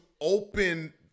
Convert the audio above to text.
open